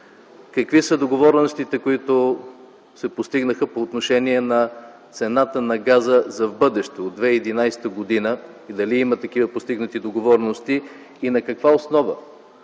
Какви са договореностите, които са постигнати по отношение на цената на газа за в бъдеще от 2011 г. и дали има такива постигнати договорености и на каква основа